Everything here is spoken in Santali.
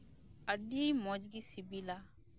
ᱟᱹᱰᱤ ᱢᱚᱪᱜᱤ ᱥᱤᱵᱤᱞᱟ